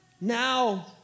now